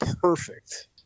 perfect